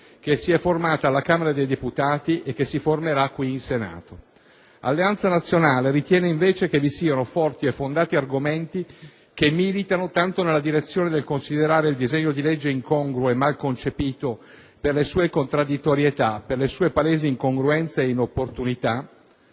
che si è formata alla Camera dei deputati e che si formerà qui in Senato. Alleanza Nazionale ritiene invece che vi siano forti e fondati argomenti che militano nella direzione del considerare il disegno di legge incongruo e mal concepito, per le sue contraddittorietà, per le sue palesi incongruenza ed inopportunità